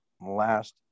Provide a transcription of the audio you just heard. last